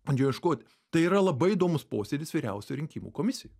man jo ieškot tai yra labai įdomus posėdis vyriausioj rinkimų komisijoj